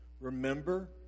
remember